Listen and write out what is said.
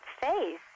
face